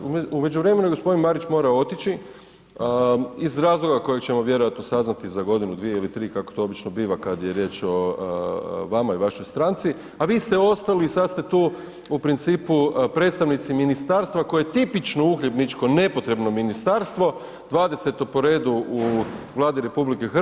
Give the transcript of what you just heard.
U međuvremenu g. Marić je morao otići iz razloga kojeg ćemo vjerojatno saznati za godinu, dvije ili tri kako to obično biva kad je riječ o vama i vašoj stranci, a vi ste ostali i sad ste tu u principu predstavnici ministarstva koje je tipično uhljebničko, nepotrebno ministarstvo, 20-to po redu u Vladi RH.